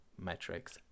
metrics